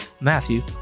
Matthew